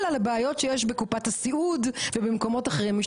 אלא לבעיות שיש בקופת הסיעוד ובמקומות אחרים,